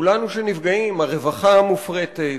כולנו, כולנו שנפגעים, הרווחה מופרטת,